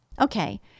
Okay